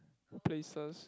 places